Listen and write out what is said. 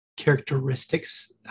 Characteristics